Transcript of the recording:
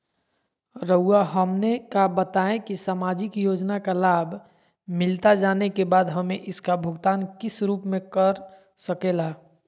रहुआ हमने का बताएं की समाजिक योजना का लाभ मिलता जाने के बाद हमें इसका भुगतान किस रूप में कर सके ला?